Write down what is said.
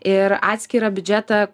ir atskirą biudžetą